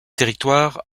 territoire